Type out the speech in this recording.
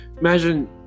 imagine